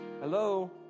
Hello